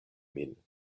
min